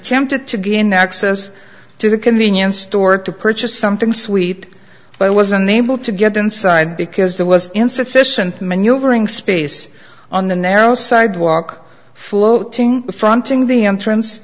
attempted to gain access to the convenience store to purchase something sweet but was unable to get inside because there was insufficient maneuvering space on the narrow sidewalk floating fronting the entrance